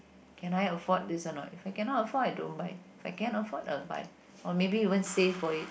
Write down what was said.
can I afford this or not if I cannot afford don't buy if I can afford I'll buy or maybe even save for it